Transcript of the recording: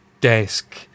desk